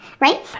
right